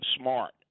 smart